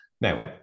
Now